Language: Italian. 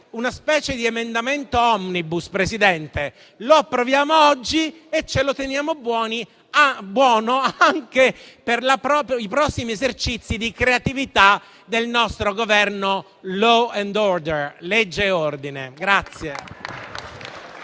una specie di emendamento *omnibus:* lo approviamo oggi e ce lo teniamo buono anche per i prossimi esercizi di creatività del nostro Governo *law and order*, legge e ordine.